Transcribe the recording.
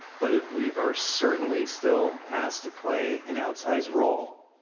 but we are certainly still asked to play an outsize role.